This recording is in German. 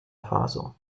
faso